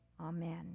Amen